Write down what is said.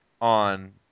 on